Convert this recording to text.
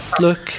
Look